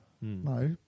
no